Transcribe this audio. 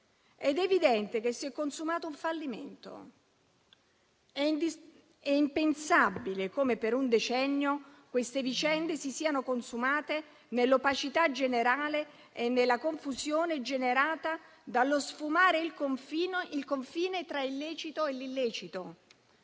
ed è evidente che si è consumato un fallimento. È impensabile come per un decennio queste vicende si siano consumate nell'opacità generale e nella confusione generata dallo sfumare il confine tra il lecito e l'illecito.